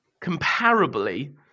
comparably